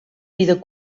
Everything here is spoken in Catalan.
vida